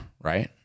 right